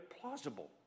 plausible